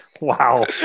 Wow